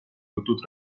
jutud